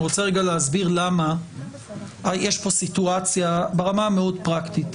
אני רוצה להסביר למה יש פה סיטואציה ברמה המאוד פרקטית,